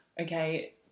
okay